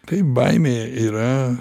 tai baimė yra